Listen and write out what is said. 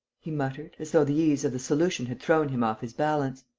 he muttered, as though the ease of the solution had thrown him off his balance.